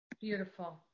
Beautiful